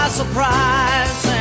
surprise